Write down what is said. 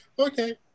Okay